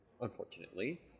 unfortunately